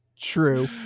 True